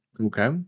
Okay